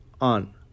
on